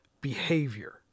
behavior